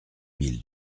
mille